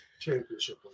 championship